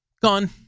gone